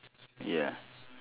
ya